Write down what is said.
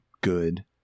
good